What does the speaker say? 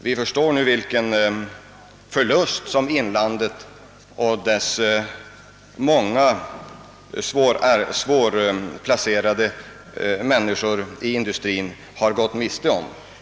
Vi förstår nu vilken förlust de många arbetslösa människorna i Norrlands inland lidit på grund av dröjsmålet.